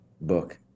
book